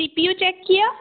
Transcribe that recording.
सी P U check किया